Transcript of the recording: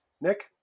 Nick